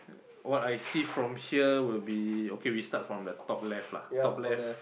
what I see from here will be okay we start from the top left lah top left